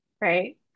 right